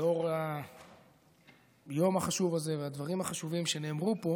לאור היום החשוב הזה והדברים החשובים שנאמרו פה,